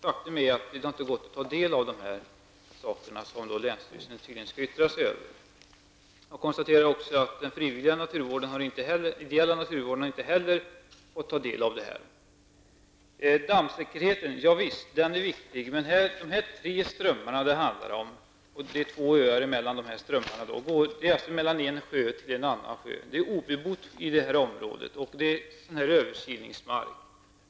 Faktum är att det inte har varit möjligt att ta del av de handlingar som länsstyrelsen tydligen skall yttra sig över. Jag konstaterar också att inte heller den ideella naturvården har fått ta del av handlingarna. Visst är dammsäkerheten viktig. De tre strömmar det handlar om, som emellan sig har två öar, går från en sjö till en annan. Området är obebott, och det är översyningsmark.